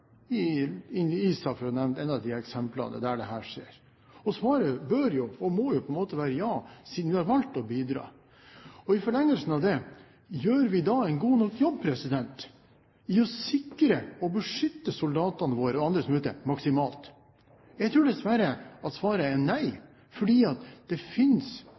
Svaret bør jo, og må jo på en måte være ja, siden vi har valgt å bidra. I forlengelsen av det: Gjør vi da en god nok jobb for å sikre og beskytte soldatene våre og andre som er ute, maksimalt? Jeg tror dessverre at svaret er nei, fordi det visselig finnes bedre utstyr, og det